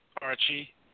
Archie